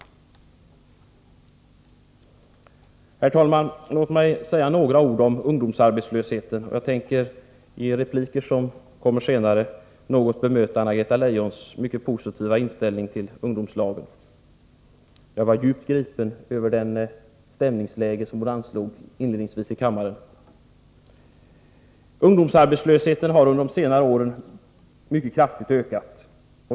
Herr talman! Låt mig säga några ord om ungdomsarbetslösheten. Jag tänker senare i repliker något bemöta Anna-Greta Leijons mycket positiva inställning till ungdomslagen. Jag var djupt gripen över den stämning som hon inledningsvis förmedlade till kammaren. Ungdomsarbetslösheten har under de senare åren mycket kraftigt ökat.